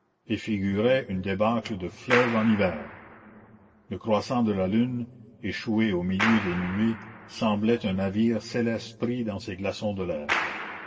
et figuraient une débâcle de fleuve en hiver le croissant de la lune échoué au milieu des nuées semblait un navire céleste pris dans ces glaçons de l'air